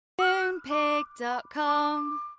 Moonpig.com